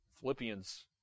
Philippians